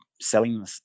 selling